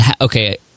okay